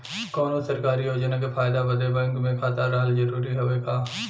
कौनो सरकारी योजना के फायदा बदे बैंक मे खाता रहल जरूरी हवे का?